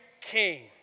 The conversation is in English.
king